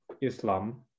Islam